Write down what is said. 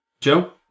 Joe